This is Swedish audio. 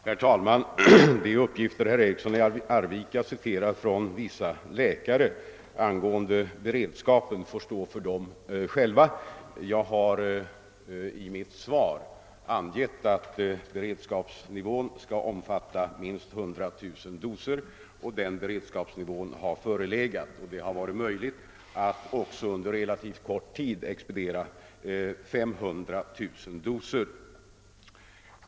Herr talman! De uppgifter som herr Eriksson i Arvika citerar från vissa läkare angående beredskapen får dessa stå för själva. Jag har i mitt svar angivit att beredskapen skall omfatta minst 100000 doser, och den beredskapsnivån har förelegat. Det har också varit möjligt att under relativt kort tid expediera 500 000 doser.